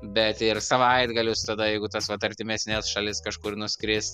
bet ir savaitgalius tada jeigu tas vat artimesnes šalis kažkur nuskrist